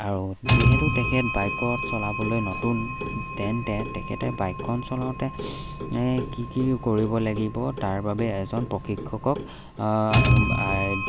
আৰু যিহেতু তেখেত বাইকত চলাবলৈ নতুন তেন্তে তেখেতে বাইকখন চলাওঁতে কি কি কৰিব লাগিব তাৰ বাবে এজন প্ৰশিক্ষকক